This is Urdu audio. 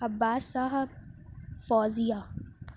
عباس صاحب فوزیہ